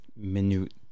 minute